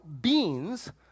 beans